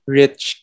rich